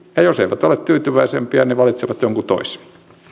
ja jos eivät ole tyytyväisempiä niin valitsevat jonkun toisen